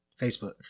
Facebook